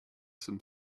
some